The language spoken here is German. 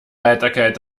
heiterkeit